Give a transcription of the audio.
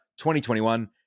2021